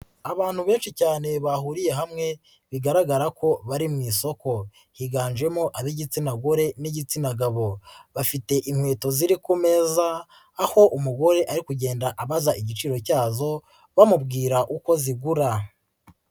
Abantu benshi cyane bahuriye hamwe bigaragara ko bari mu isoko, higanjemo ab'igitsina gore n'igitsina gabo, bafite inkweto ziri ku meza aho umugore ari kugenda abaza igiciro cyazo bamubwira uko zigura.